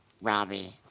Robbie